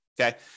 Okay